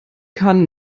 kann